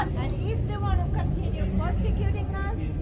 and if they want to continue persecuting us,